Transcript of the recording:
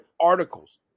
articles